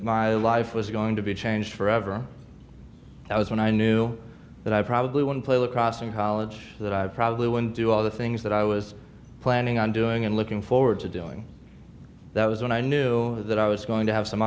my life was going to be changed forever that was when i knew that i probably wouldn't play lacrosse in college that i probably wouldn't do all the things that i was planning on doing and looking forward to doing that was when i knew that i was going to have some